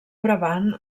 brabant